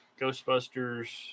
ghostbusters